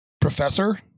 Professor